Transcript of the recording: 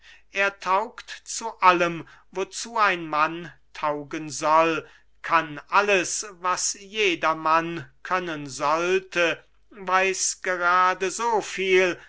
er taugt zu allem wozu ein mann taugen soll kann alles was jedermann können sollte weiß gerade so viel